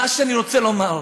מה שאני רוצה לומר,